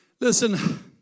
Listen